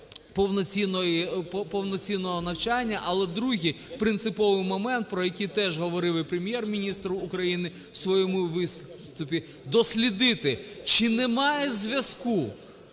повноцінного навчання. Але другий принциповий момент, про який теж говорив і Прем'єр-міністр України в своєму виступі, дослідити чи немає зв'язку